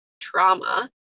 trauma